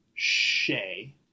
Shay